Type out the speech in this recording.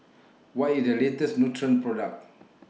What IS The latest Nutren Product